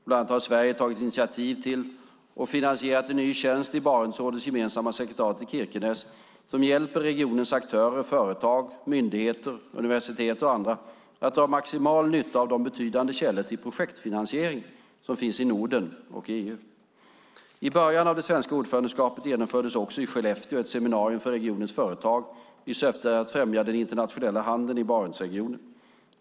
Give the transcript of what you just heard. Bland annat har Sverige tagit initiativ till och finansierat en ny tjänst i Barentsrådets gemensamma sekretariat i Kirkenes som hjälper regionens aktörer - företag, myndigheter, universitet och andra - att dra maximal nytta av de betydande källor till projektfinansiering som finns i Norden och EU. I början av det svenska ordförandeskapet genomfördes också i Skellefteå ett seminarium för regionens företag, i syfte att främja den internationella handeln i Barentsregionen.